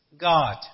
God